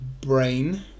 brain